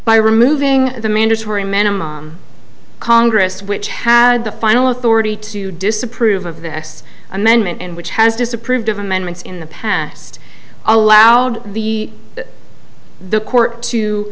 by removing the mandatory minimum congress which had the final authority to disapprove of the s amendment in which has disapproved of amendments in the past allowed the the court to